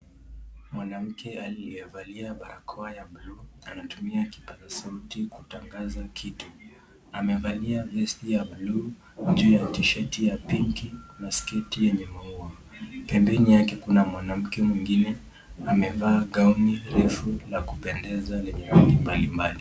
Mwanamke aliyevalia barakoa ya buluu anatumia kipaza sauti kutangaza kitu. Amevalia vesti ya buluu juu ya t-shati ya pinki na sketi yenye maua pembeni mwake kuna mwanamke mwingine amevaa gauni ndefu la kupendeza lenye rangi mbali mbali.